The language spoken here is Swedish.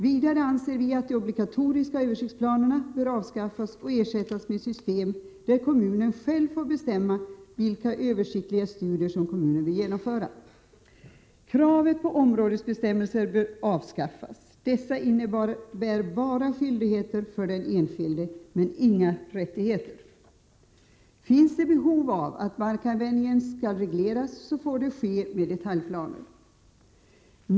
Vidare anser vi att de obligatoriska översiktsplanerna bör avskaffas och ersättas med ett system, där kommunen själv får bestämma vilka översiktliga studier som den vill genomföra. Kravet på områdesbestämmelser bör avskaffas. Dessa innebär bara skyldigheter för den enskilde, men inga rättigheter. Finns det behov av att markanvändningen regleras får det ske med detaljplaner.